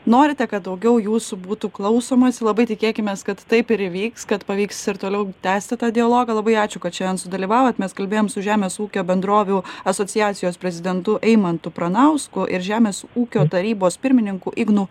norite kad daugiau jūsų būtų klausomasi labai tikėkimės kad taip ir įvyks kad pavyks ir toliau tęsti tą dialogą labai ačiū kad šiandien sudalyvavot mes kalbėjom su žemės ūkio bendrovių asociacijos prezidentu eimantu pranausku ir žemės ūkio tarybos pirmininku ignu